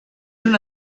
una